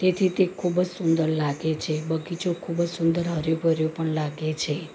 તેથી તે ખૂબ જ સુંદર લાગે છે બગીચો ખૂબ જ સુંદર હર્યો ભર્યો પણ લાગે છે